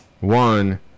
One